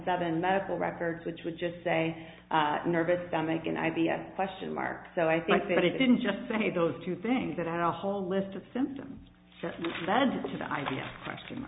seven medical records which would just say nervous stomach and i b s question mark so i think that it didn't just say those two things that are whole list of symptoms that add to the idea